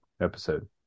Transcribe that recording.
episode